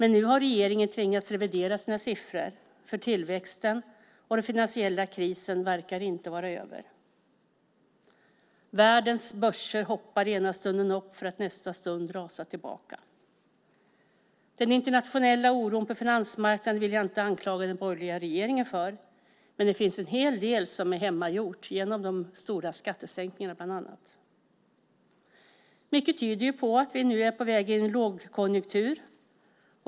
Nu har regeringen tvingats revidera sina siffror, för tillväxten minskar och den finansiella krisen verkar inte vara över. Världens börser hoppar i ena stunden upp för att i nästa stund rasa tillbaka. Den internationella oron på finansmarknaden vill jag inte anklaga den borgerliga regeringen för, men det finns en hel del som är hemmagjort genom bland annat de stora skattesänkningarna. Mycket tyder på att vi är på väg in i en lågkonjunktur.